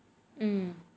mm